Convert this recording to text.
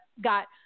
got